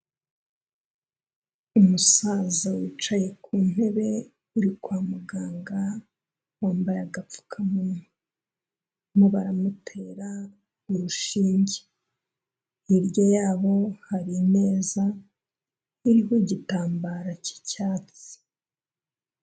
Umusaza wicaye ku ntebe uri kwa muganga, wambaye agapfukamunwa. Barimo baramutera urushinge. Hirya yabo hari imeza iriho igitambaro cy'icyatsi.